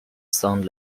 song